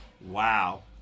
Wow